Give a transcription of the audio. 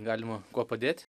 galima kuo padėt